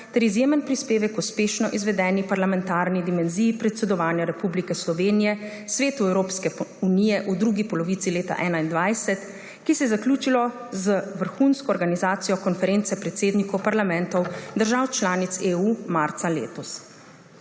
ter izjemen prispevek k uspešno izvedeni parlamentarni dimenziji predsedovanja Republike Slovenije Svetu Evropske unije v drugi polovici leta 2021, ki se je zaključilo z vrhunsko organizacijo Konference predsednikov parlamentov držav članic EU marca letos.